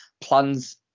plans